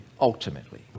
ultimately